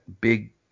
big